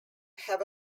have